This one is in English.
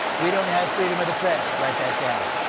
we don't have freedom of the press! write that down.